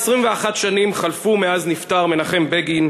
21 שנים חלפו מאז נפטר מנחם בגין,